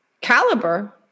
caliber